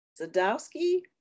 Zadowski